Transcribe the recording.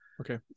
Okay